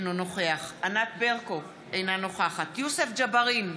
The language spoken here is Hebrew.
אינו נוכח ענת ברקו, אינה נוכחת יוסף ג'בארין,